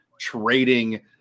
trading